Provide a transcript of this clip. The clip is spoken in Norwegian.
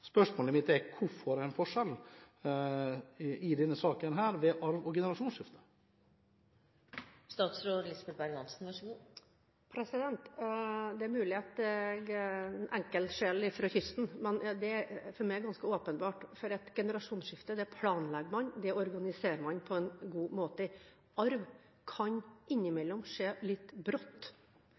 Spørsmålet mitt er hvorfor det er en forskjell i denne saken mellom arv og generasjonsskifte. Det er mulig at jeg er en enkel sjel fra kysten, men det er for meg ganske åpenbart. Et generasjonsskifte planlegger man, det organiserer man på en god måte. Arv kan innimellom skje litt